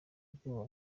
ubwoba